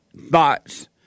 thoughts